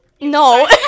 no